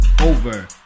over